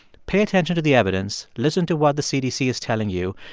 pay attention to the evidence, listen to what the cdc is telling you.